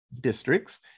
districts